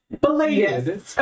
belated